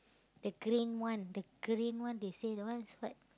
the green one the green one they say the one is like